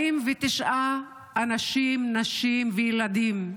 49 אנשים, נשים וילדים,